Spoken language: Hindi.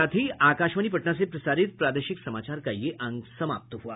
इसके साथ ही आकाशवाणी पटना से प्रसारित प्रादेशिक समाचार का ये अंक समाप्त हुआ